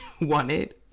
wanted